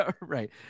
right